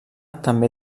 també